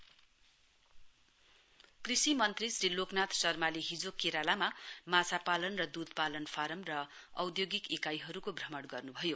LN Sharma Kerala कृषि मन्त्री श्री लोकनाथ शर्माले हिजो केरालामा माछापालन र दुधपालन फारम र औद्योगिक इकाईहरूको भ्रमण गर्नुभयो